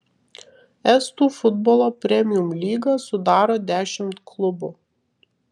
estų futbolo premium lygą sudaro dešimt klubų